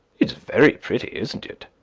it's very pretty, isn't it?